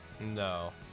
No